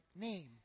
name